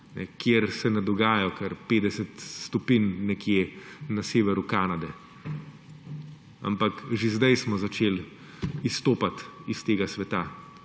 kjer se ne dogaja kar 50 stopinj nekje na severu Kanade. Ampak že zdaj smo začeli izstopati iz tega sveta,